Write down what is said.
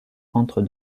entre